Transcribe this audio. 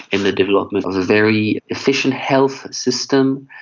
in the development of a very efficient health system,